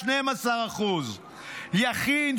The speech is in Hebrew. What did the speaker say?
12%; יכין,